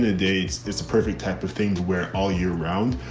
and dates, it's a perfect type of thing to wear all year round.